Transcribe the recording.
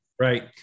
right